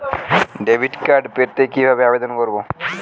Debit card পেতে কি ভাবে আবেদন করব?